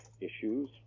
issues